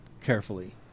carefully